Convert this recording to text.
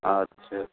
আচ্ছা